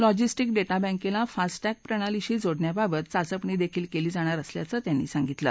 logistic data बँकेला FASTag प्रणालीशी जोडण्याबाबत चाचपणी देखील केली जाणार असल्याचं त्यांनी सांगितलं